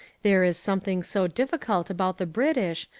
there is something so difficult about the british,